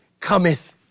cometh